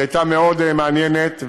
שהייתה מאוד מעניינת,